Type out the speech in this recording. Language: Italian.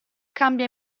cambia